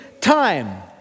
time